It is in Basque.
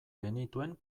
genituen